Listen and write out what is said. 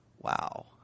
Wow